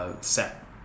Set